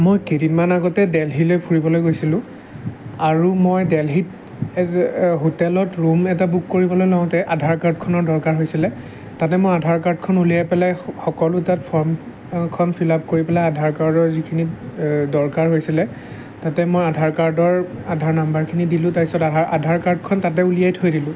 মই কেইদিনমান অগতে দেলহিলৈ ফুৰিবলৈ গৈছিলো আৰু মই দেলহিত হোটেলত ৰূম এটা বুক কৰিবলৈ লওঁতে আধাৰ কাৰ্ডখনৰ দৰকাৰ হৈছিলে তাতে মই আধাৰ কাৰ্ডখন উলিয়াই পেলাই স সকলো তাত ফৰ্ম খন ফিলআপ কৰি পেলাই আধাৰ কাৰ্ডৰ যিখিনি দৰকাৰ হৈছিলে তাতে মই আধাৰ কাৰ্ডৰ আধা নম্বৰখিনি দিলো তাৰপিছত আধাৰ কাৰ্ডখন তাতে উলিয়াই থৈ দিলো